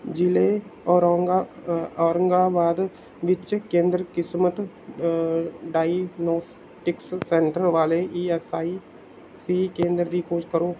ਜ਼ਿਲ੍ਹੇ ਔਰੰਗਾ ਅ ਔਰੰਗਾਬਾਦ ਵਿੱਚ ਕੇਂਦਰ ਕਿਸਮਤ ਡਾਇਗਨੌਸਟਿਕਸ ਸੈਂਟਰ ਵਾਲੇ ਈ ਐਸ ਆਈ ਸੀ ਕੇਂਦਰਾਂ ਦੀ ਖੋਜ ਕਰੋ